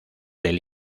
del